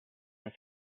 and